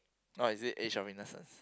oh is it age of innocence